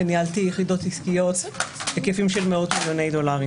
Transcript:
וניהלתי יחידות עסקיות בהיקפים של מאות מיליוני דולרים.